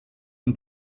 und